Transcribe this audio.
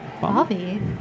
Bobby